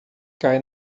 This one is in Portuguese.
cai